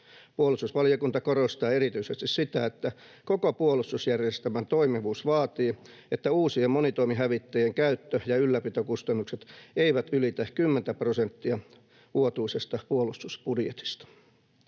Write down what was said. Puolustusvaliokunta korostaa erityisesti sitä, että koko puolustusjärjestelmän toimivuus vaatii, että uusien monitoimihävittäjien käyttö‑ ja ylläpitokustannukset eivät ylitä 10:tä prosenttia vuotuisesta puolustusbudjetista.